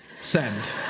Send